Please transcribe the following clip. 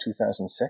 2006